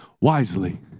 wisely